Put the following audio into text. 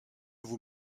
vous